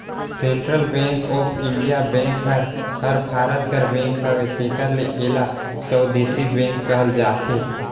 central bank of India bank हर भारत कर bank हवे तेकर ले एला स्वदेसी बेंक कहल जाथे